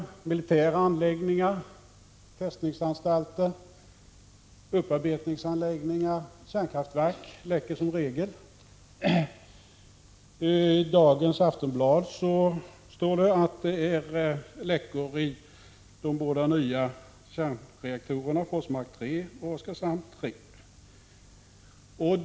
Militära anläggningar, befästningsanstalter, upparbetningsanläggningar och kärnkraftverk läcker som regel. I dagens Aftonbladet står det att det är läckor i de båda nya kärnreaktorerna Forsmark 3 och Oskarshamn 3.